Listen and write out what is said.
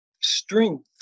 strength